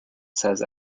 says